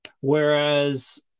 Whereas